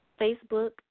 Facebook